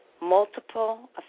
multiple